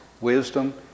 wisdom